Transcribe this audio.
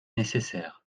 nécessaire